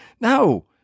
No